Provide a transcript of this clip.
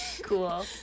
Cool